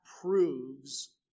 proves